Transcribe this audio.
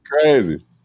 Crazy